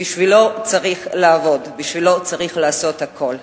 בשבילו צריך לעבוד, בשבילו צריך לעשות הכול.